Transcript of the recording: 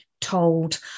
told